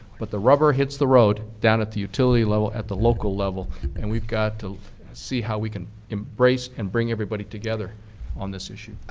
but the rubber hits the road down at the utility level at the local level and we've got to see how we can embrace and bring everybody together on this issue.